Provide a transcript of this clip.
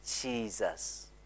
Jesus